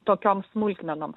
tokiom smulkmenom